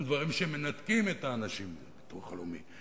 הם דברים שמנתקים את האנשים מהביטוח הלאומי,